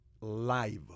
live